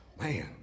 Man